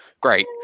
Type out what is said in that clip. Great